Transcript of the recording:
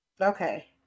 okay